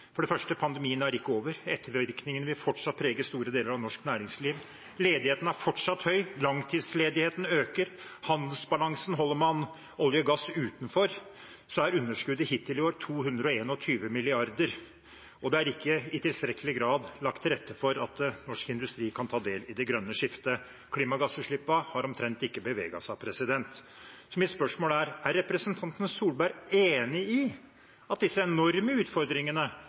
For det første: Pandemien er ikke over. Ettervirkningene vil fortsatt prege store deler av norsk næringsliv. Ledigheten er fortsatt høy, langtidsledigheten øker. Når det gjelder handelsbalansen: Holder man olje og gass utenfor, er underskuddet hittil i år 221 mrd. kr, og det er ikke i tilstrekkelig grad lagt til rette for at norsk industri kan ta del i det grønne skiftet. Klimagassutslippene har omtrent ikke beveget seg. Mitt spørsmål er: Er representanten Solberg enig i at disse enorme utfordringene